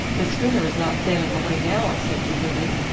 the schooner is not sailing away now, i said eagerly.